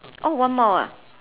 oh one more ah